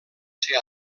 ser